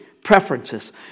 preferences